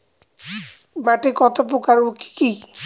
মাটি কতপ্রকার ও কি কী?